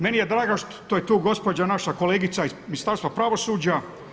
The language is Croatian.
Meni je drago što je tu gospođa naša kolegica iz Ministarstva pravosuđa.